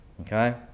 Okay